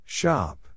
Shop